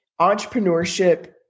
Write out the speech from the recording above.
entrepreneurship